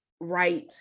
right